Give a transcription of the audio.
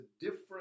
different